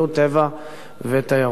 טבע ותיירות.